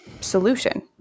solution